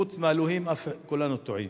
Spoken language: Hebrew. חוץ מאלוהים, כולנו טועים.